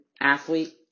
athlete